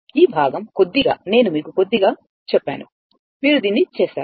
ఈ భాగం కొద్దిగా నేను మీకు కొద్దిగా చెప్పాను మీరు దీన్ని చేస్తారు